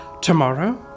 tomorrow